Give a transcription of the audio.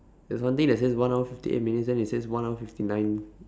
there's one thing that says one hour fifty eight minutew then it says one hour fifty nine